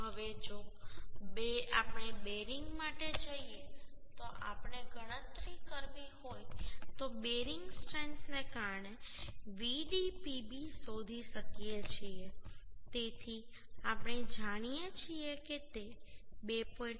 હવે જો આપણે બેરિંગ માટે જઈએ તો આપણે ગણતરી કરવી હોય તો બેરિંગ સ્ટ્રેન્થને કારણે Vdpb શોધી શકીએ છીએ તેથી આપણે જાણીએ છીએ કે તે 2